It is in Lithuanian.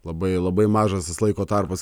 labai labai mažas tas laiko tarpas